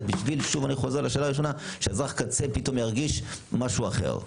בשביל שאזרח הקצה פתאום ירגיש משהו אחר.